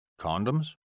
Condoms